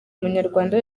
munyarwanda